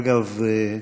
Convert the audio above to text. אגב,